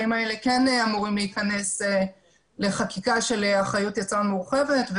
האלה כן אמורים להיכנס לחקיקה של אחריות יצרן מורחבת.